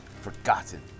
forgotten